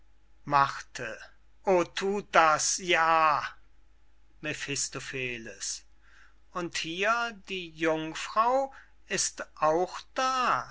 o thut das ja mephistopheles und hier die jungfrau ist auch da